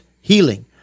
healing